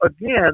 again